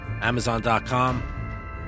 Amazon.com